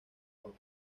juan